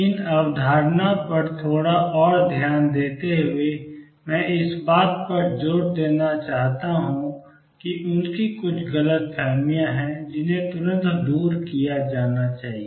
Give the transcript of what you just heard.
इस अवधारणा पर थोड़ा और ध्यान देते हुए मैं इस बात पर जोर देना चाहता हूं कि उनकी कुछ गलतफहमियां हैं जिन्हें तुरंत दूर किया जाना चाहिए